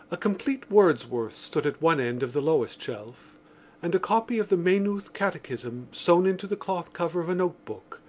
a complete wordsworth stood at one end of the lowest shelf and a copy of the maynooth catechism, sewn into the cloth cover of a notebook,